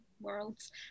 worlds